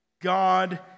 God